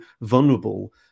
vulnerable